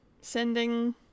Sending